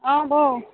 অঁ বৌ